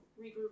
regroup